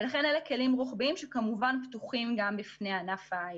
ולכן אלה כלים רוחביים שכמובן פתוחים גם בפני ענף ההיי-טק.